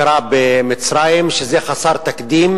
שזה חסר תקדים.